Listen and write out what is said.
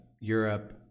Europe